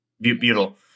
butyl